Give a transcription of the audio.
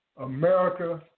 America